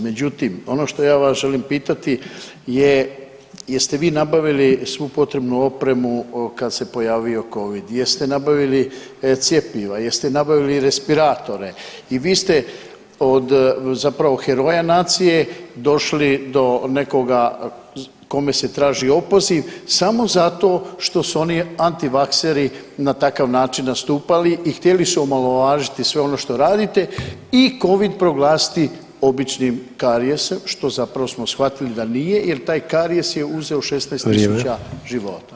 Međutim, ono što ja vas želim pitati je jeste vi nabavili svu potrebnu opremu kad se pojavio covid, jeste nabavili cjepiva, jeste nabavili respiratore i vi ste od zapravo heroja nacije došli do nekoga kome se traži opoziv samo zato što su oni antivakseri na takav način nastupali i htjeli su omalovažiti sve ono što radite i covid proglasiti običnim karijesom što zapravo smo shvatili da nije, jer taj karijes je uzeo [[Upadica Sanader: Vrijeme.]] 16000 života.